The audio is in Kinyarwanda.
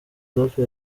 adolphe